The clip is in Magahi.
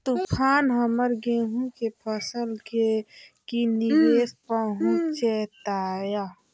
तूफान हमर गेंहू के फसल के की निवेस पहुचैताय?